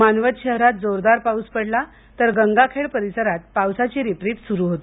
मानवत शहरात जोरदार पाऊस पडला तर गंगाखेड परिसरात पावसाची रिपरिप सुरू होती